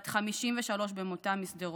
בת 53 במותה, משדרות,